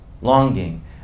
Longing